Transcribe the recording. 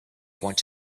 want